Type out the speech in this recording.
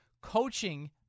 Coaching